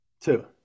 Two